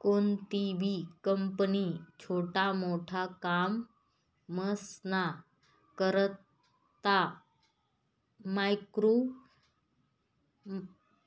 कोणतीबी कंपनी छोटा मोटा कामसना करता मायक्रो